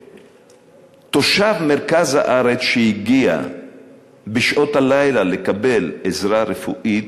שתושב מרכז הארץ שהגיע בשעות הלילה לקבל עזרה רפואית,